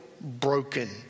broken